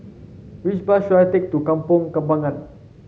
which bus should I take to Kampong Kembangan